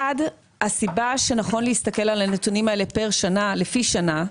הסיבה שנכון להסתכל על הנתונים האלה פר שנה לפי שנה,